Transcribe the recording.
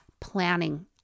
planning